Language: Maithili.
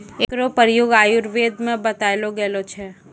एकरो प्रयोग आयुर्वेद म बतैलो गेलो छै